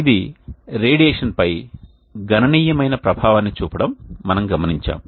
ఏది రేడియేషన్పై గణనీయమైన ప్రభావాన్ని చూపడం మనము గమనించాము